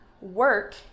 work